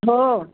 हो